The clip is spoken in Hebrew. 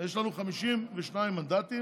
יש לנו 52 מנדטים.